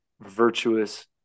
virtuous